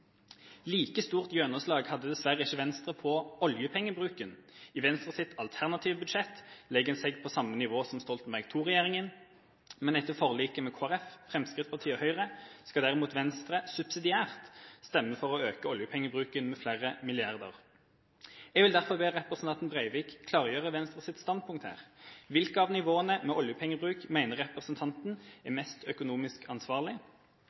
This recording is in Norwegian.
Like stort gjennomslag hadde dessverre ikke Venstre på oljepengebruken. I Venstres alternative budsjett legger man seg på samme nivå som Stoltenberg II-regjeringa, men etter forliket med Kristelig Folkeparti, Fremskrittspartiet og Høyre skal dermed Venstre subsidiært stemme for å øke oljepengebruken med flere milliarder. Jeg vil derfor be representanten Breivik klargjøre Venstres standpunkt her. Hvilke av nivåene med oljepengebruk mener representanten er mest økonomisk ansvarlig